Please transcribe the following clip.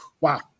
wow